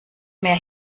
meer